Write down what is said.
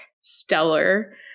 stellar